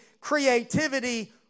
creativity